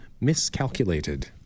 miscalculated